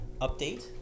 Update